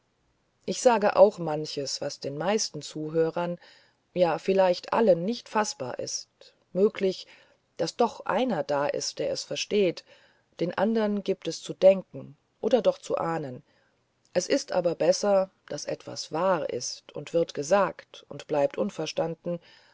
ich auch manches was den meisten der zuhörer ja vielleicht allen nicht faßbar ist möglich daß doch einer da ist der es versteht den anderen gibt es zu denken oder doch zu ahnen es ist aber besser daß etwas wahr ist und wird gesagt und bleibt unverstanden